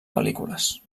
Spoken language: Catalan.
pel·lícules